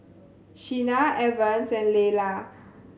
Sheena Evans and Layla